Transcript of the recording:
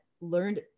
learned